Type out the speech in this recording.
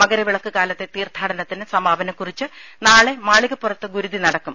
മകരവിളക്ക് കാലത്തെ തീർത്ഥാടനത്തിനു സമാപനം കുറിച്ച് നാളെ മാളികപ്പുറത്ത് ഗുരുതി നടക്കും